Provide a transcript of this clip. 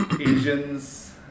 Asians